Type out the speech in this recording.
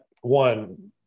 one